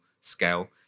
scale